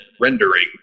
rendering